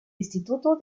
instituto